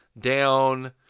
down